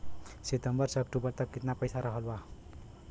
सितंबर से अक्टूबर तक कितना पैसा रहल ह?